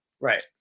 Right